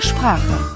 Sprache